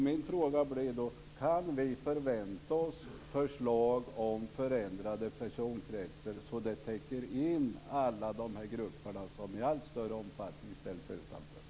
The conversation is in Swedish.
Min fråga blir: Kan vi förvänta oss förslag om förändrade personkretsar som täcker in alla de grupper som i allt större omfattning ställs utanför?